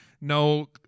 no